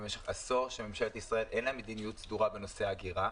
במשך עשור לממשלת ישראל אין מדיניות סדורה בנושא ההגירה.